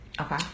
Okay